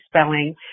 spelling